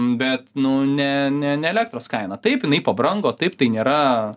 bet nu ne ne ne elektros kaina taip jinai pabrango taip tai nėra